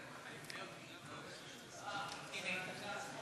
ההצעה להעביר את הנושא לוועדת הכלכלה נתקבלה.